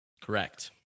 Correct